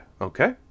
okay